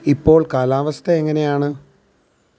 ഇപ്പോള് കാലാവസ്ഥ എങ്ങനെയാണ്